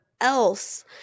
else